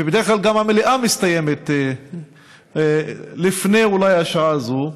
ובדרך כלל גם המליאה אולי מסתיימת לפני השעה הזאת,